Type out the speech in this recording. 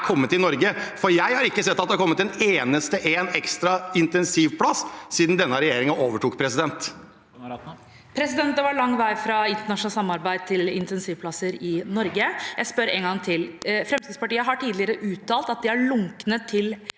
er? Jeg har ikke sett at det har kommet en eneste ekstra intensivplass siden denne regjeringen overtok.